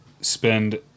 spend